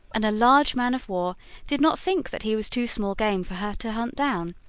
and a large man-of-war did not think that he was too small game for her to hunt down,